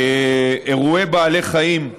אירועי בעלי חיים,